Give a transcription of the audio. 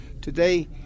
Today